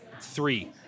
three